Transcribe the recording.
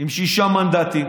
עם שישה מנדטים